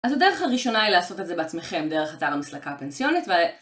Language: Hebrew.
אז הדרך הראשונה היא לעשות את זה בעצמכם, דרך הצעה למסלקה הפנסיונית, וה...